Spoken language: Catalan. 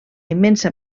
immensa